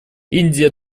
индия